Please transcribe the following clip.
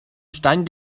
stein